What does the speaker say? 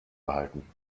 behalten